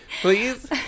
please